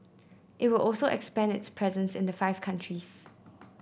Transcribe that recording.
it will also expand its presence in the five countries